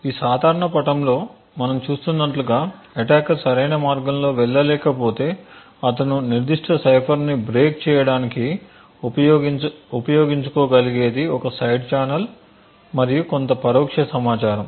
ఈ సాధారణ పటములో మనం చూస్తున్నట్లుగా అటాకర్ సరైన మార్గంలో వెళ్ళలేకపోతే అతను నిర్దిష్ట సైఫర్ని బ్రేక్ చేయడానికి ఉపయోగించుకోగలిగేది ఒక సైడ్ ఛానల్ మరియు కొంత పరోక్ష సమాచారం